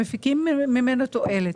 מפיקים ממנו תועלת.